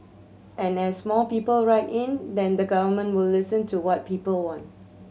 and as more people write in then the Government will listen to what people want